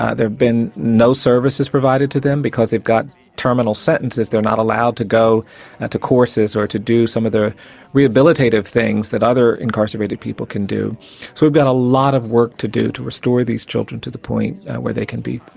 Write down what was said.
ah there've been no services provided to them because they've got terminal sentences, they're not allowed to go and to courses or to do some of the rehabilitative things that other incarcerated people can do. so we've got a lot of work to do to restore these children to the point where they can be,